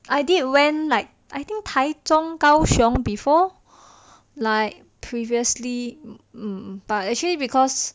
I did went like I think 台中高雄 before like previously hmm but actually because